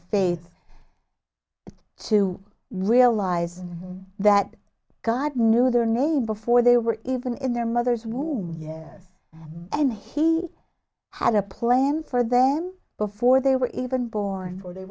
faith to realize that god knew their name before they were even in their mother's womb yes and he had a plan for them before they were even born or they